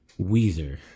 Weezer